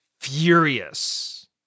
furious